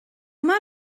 mor